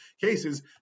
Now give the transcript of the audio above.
cases